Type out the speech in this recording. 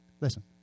Listen